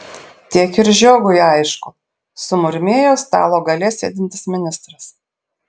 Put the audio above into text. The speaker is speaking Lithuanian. tiek ir žiogui aišku sumurmėjo stalo gale sėdintis ministras